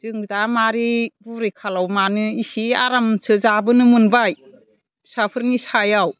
जोंबो दा माबोरै बुरै खालाव मानो इसे आरामसो जाबोनो मोनबाय फिसाफोरनि सायाव